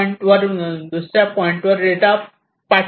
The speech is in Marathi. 1 वरून दुसर्या पॉईंटवर डेटा पाठवत आहात